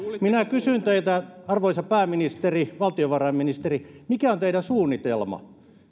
minä kysyn teiltä arvoisa pääministeri ja valtiovarainministeri mikä on teidän suunnitelmanne